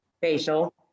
Facial